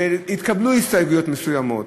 והתקבלו הסתייגויות מסוימות,